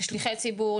כשליחי ציבור,